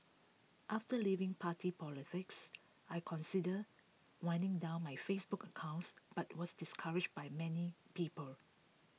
after leaving party politics I considered winding down my Facebook accounts but was discouraged by many people